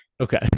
Okay